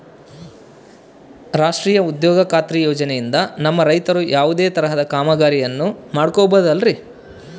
ರಾಷ್ಟ್ರೇಯ ಉದ್ಯೋಗ ಖಾತ್ರಿ ಯೋಜನೆಯಿಂದ ನಮ್ಮ ರೈತರು ಯಾವುದೇ ತರಹದ ಕಾಮಗಾರಿಯನ್ನು ಮಾಡ್ಕೋಬಹುದ್ರಿ?